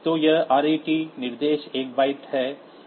तो यह ret निर्देश एक बाइट है